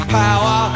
power